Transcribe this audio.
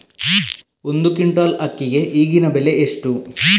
ಒಂದು ಕ್ವಿಂಟಾಲ್ ಅಕ್ಕಿಗೆ ಈಗಿನ ಬೆಲೆ ಎಷ್ಟು?